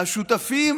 השותפים